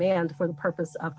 mand for the purpose of